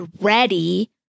ready